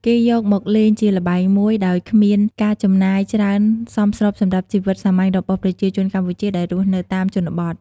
គេយកមកលេងជាល្បែងមួយ ដោយគ្មានការចំណាយច្រើនសមស្របសម្រាប់ជីវិតសាមញ្ញរបស់ប្រជាជនកម្ពុជាដែលរស់នៅតាមជនបទ។